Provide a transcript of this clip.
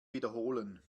wiederholen